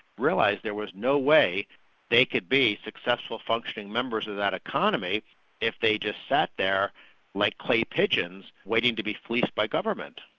realised there was no way they could be successful functioning members of that economy if they just sat there like clay pigeons, waiting to be fleeced by government.